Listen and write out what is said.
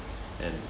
and